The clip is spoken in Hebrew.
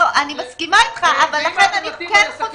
אני מסכימה איתך, אבל אני חושבת-